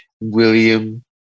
William